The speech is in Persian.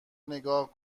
نگاه